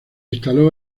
instaló